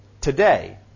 today